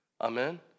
Amen